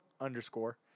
underscore